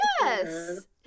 yes